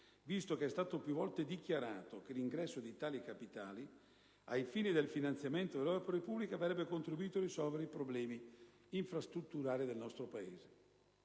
visto che è stato più volte dichiarato che l'ingresso di tali capitali, ai fini del finanziamento delle opere pubbliche, avrebbe contribuito a risolvere i problemi infrastrutturali del nostro Paese.